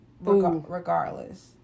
regardless